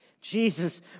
Jesus